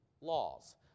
laws